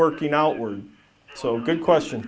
working out we're so good question